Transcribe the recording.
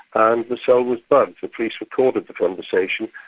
and the cell was bugged. the police recorded the conversation,